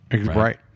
Right